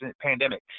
pandemic